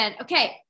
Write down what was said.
Okay